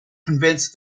convince